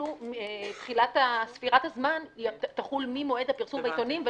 היא שתחילת ספירת הזמן תחול ממועד הפרסום בעיתונים,